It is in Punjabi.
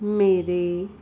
ਮੇਰੇ